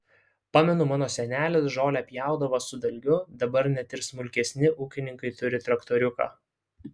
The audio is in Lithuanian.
pamenu mano senelis žolę pjaudavo su dalgiu dabar net ir smulkesni ūkininkai turi traktoriuką